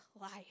life